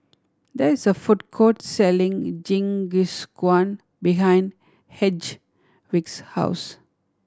there is a food court selling Jingisukan behind Hedwig's house